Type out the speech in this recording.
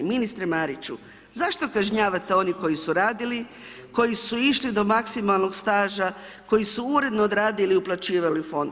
Ministre Mariću, zašto kažnjavate oni koji su radili, koji su išli do maksimalnog staža, koji su uredno radili i uplaćivali u fond?